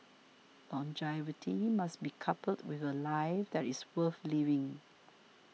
longevity must be coupled with a life that is worth living